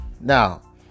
Now